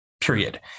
period